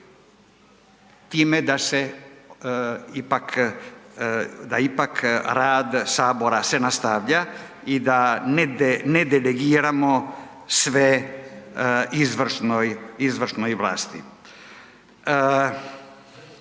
ipak, da ipak rad sabora se nastavlja i da ne delegiramo sve izvršnoj,